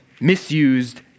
misused